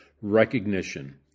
recognition